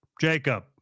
Jacob